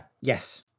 Yes